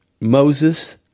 Moses